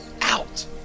out